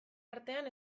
artean